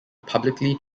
publicly